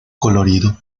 colorido